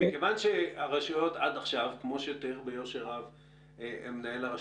מכיוון שכמו שתיאר ביושר רב מנהל הרשות,